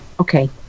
okay